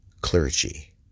clergy